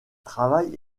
travaille